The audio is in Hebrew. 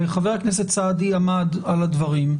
וחבר הכנסת סעדי עמד על הדברים,